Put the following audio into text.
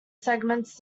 segments